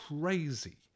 crazy